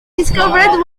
discovered